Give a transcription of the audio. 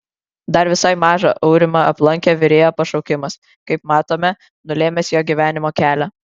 dar visai mažą aurimą aplankė virėjo pašaukimas kaip matome nulėmęs jo gyvenimo kelią